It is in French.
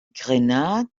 grenade